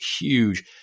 huge